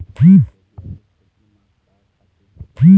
लोबिया के खेती म का खातू देबो?